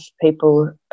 people